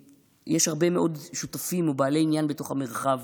יש הרבה מאוד שותפים או בעלי עניין בתוך המרחב